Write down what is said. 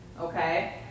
Okay